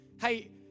Hey